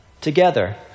together